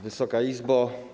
Wysoka Izbo!